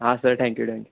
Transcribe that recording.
हां sir thank you thank you